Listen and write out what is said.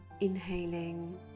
Inhaling